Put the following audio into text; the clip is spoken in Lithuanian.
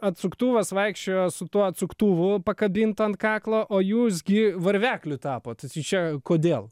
atsuktuvas vaikščiojo su tuo atsuktuvu pakabintą ant kaklo o jūs gi varvekliu tapot tai tai čia kodėl